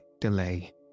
delay